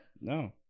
no